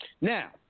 Now